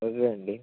వద్దు లేండి